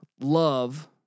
Love